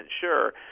sure